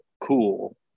cool